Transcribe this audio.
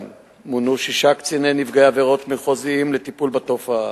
ב-2002 מונו שישה קציני נפגעי עבירות מחוזיים לטיפול בתופעה